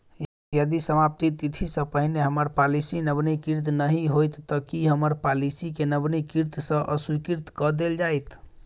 यदि समाप्ति तिथि सँ पहिने हम्मर पॉलिसी नवीनीकृत नहि होइत तऽ की हम्मर पॉलिसी केँ नवीनीकृत सँ अस्वीकृत कऽ देल जाइत?